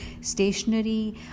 stationery